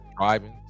driving